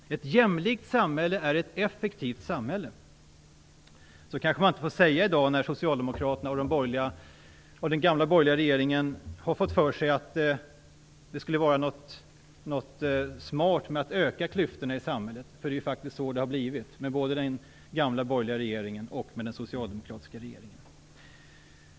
Ett jämlikt samhälle är ett effektivt samhälle. Så kanske man inte får säga i dag, när socialdemokraterna och partierna i den gamla borgerliga regeringen har fått för sig att det skulle vara smart att öka klyftorna i samhället. Det är faktiskt så det har blivit både under den gamla borgerliga regeringen och under den socialdemokratiska regeringen.